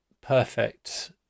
perfect